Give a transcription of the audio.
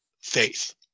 faith